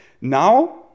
Now